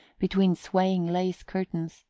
between swaying lace curtains,